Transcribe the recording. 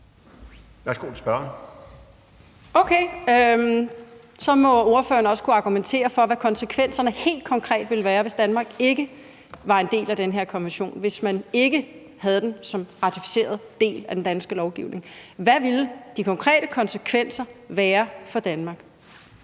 Mette Thiesen (DF): Okay, så må ordføreren også kunne argumentere for, hvad konsekvenserne helt konkret ville være, hvis Danmark ikke var en del af den her konvention. Hvis man ikke havde den som en ratificeret del af den danske lovgivning, hvad ville de konkrete konsekvenser så være for Danmark?